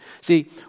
See